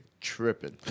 tripping